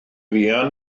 fuan